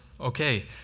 okay